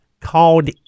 called